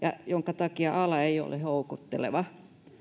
minkä takia ala ei ole houkutteleva